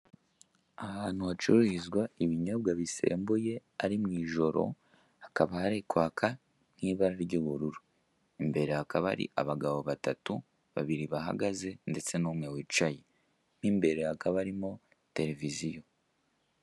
Ahantu hacururizwa ibinyobwa bisembuye ari mu ijoro. Hakaba hari kwaka mu ibara ry'ubururu. Imbere hakaba hari abagabo batatu, babiri bahagaze ndetse n'umwe wicaye. Mo imbere hakaba harimo televiziyo.